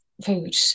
food